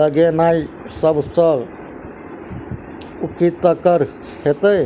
लगेनाय सब सऽ उकीतगर हेतै?